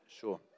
sure